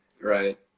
Right